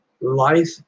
Life